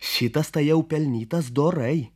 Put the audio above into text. šitas tai jau pelnytas dorai